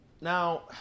Now